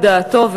את דעתו,